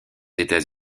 états